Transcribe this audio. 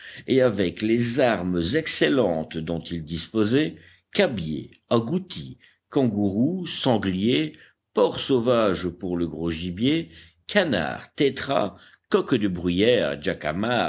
et avec les armes excellentes dont ils disposaient cabiais agoutis kangourous sangliers porcs sauvages pour le gros gibier canards tétras coqs de bruyère